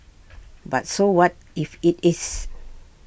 but so what if IT is